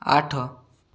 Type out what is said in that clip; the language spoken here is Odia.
ଆଠ